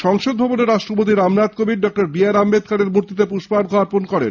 সংসদ ভবনে রাষ্ট্রপতি রামনাথ কোবিন্দ ডঃ বিআর আম্বেদকরের মূর্তিতে পুষ্পার্ঘ অর্পণ করেন